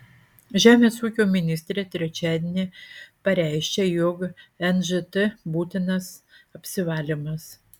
žemės ūkio ministrė trečiadienį pareiškė jog nžt būtinas apsivalymas